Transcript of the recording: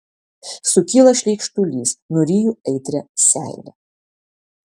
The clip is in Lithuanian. sukyla šleikštulys nuryju aitrią seilę